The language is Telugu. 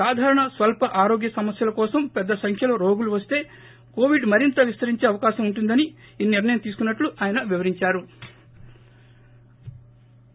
సాధారణ స్వల్ప ఆరోగ్య సమస్యల కోసం పెద్ద సంఖ్యలో రోగులు వస్తే కొవిడ్ మరింత విస్తరించే అవకాశం ఉంటుందని ఈ నిర్ణయం తీసుకున్నట్లు ఆయన వివరించారు